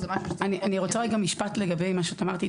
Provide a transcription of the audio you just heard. אני רוצה רגע משפט לגבי מה שאת אמרת,